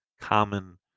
common